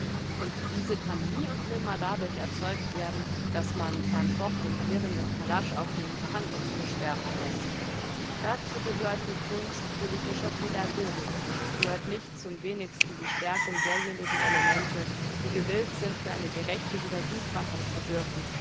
und diese kann nie und nimmer dadurch erzeugt werden daß man herrn foch den klirrenden pallasch auf den verhandlungstisch werfen läßt dazu gehört die kunst politischer pädagogik gehört nicht zum wenigsten die stärkung derjenigen elemente die gewillt sind für eine gerechte wiedergutmachung zu wirken